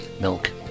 Milk